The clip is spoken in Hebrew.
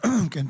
בבקשה.